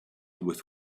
with